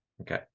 Okay